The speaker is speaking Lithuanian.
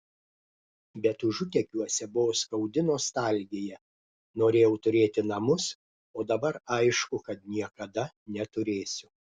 bet užutekiuose buvo skaudi nostalgija norėjau turėti namus o dabar aišku kad niekada neturėsiu